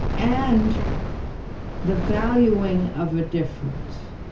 and the valuing of a difference